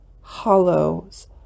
hollow's